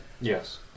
Yes